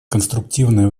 конструктивное